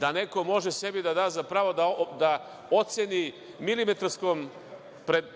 da neko može sebi da da za pravo da oceni milimetarskom